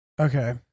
Okay